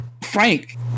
frank